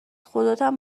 خداتم